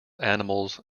animals